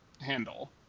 handle